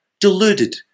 deluded